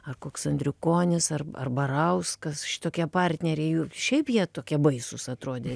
ar koks andriukonis ar ar barauskas šitokie partneriai ju šiaip jie tokie baisūs atrodė